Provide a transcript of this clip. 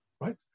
right